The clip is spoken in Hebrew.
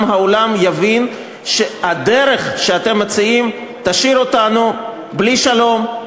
גם העולם יבין שהדרך שאתם מציעים תשאיר אותנו בלי שלום,